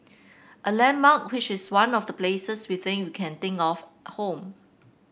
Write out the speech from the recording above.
a landmark which is one of the places we think we can think of home